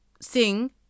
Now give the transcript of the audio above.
sing